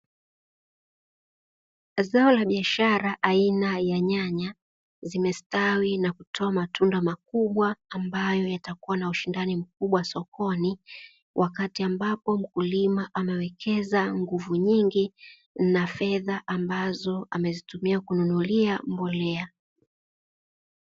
Zao la biashara aina ya nyanya zimestawi na kutoa matunda makubwa ambayo yatakuwa na ushindani mkubwa sokoni, wakati ambapo mkulima amewekeza nguvu nyingi na fedha ambazo amezitumia kununulia mbolea.